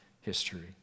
history